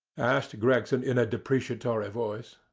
asked gregson in a depreciatory voice.